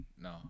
No